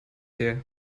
ihr